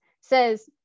says